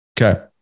Okay